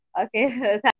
okay